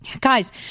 Guys